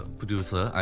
producer